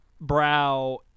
brow